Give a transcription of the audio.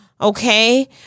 Okay